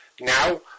Now